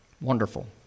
wonderful